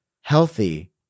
healthy